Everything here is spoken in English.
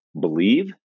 believe